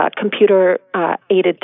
computer-aided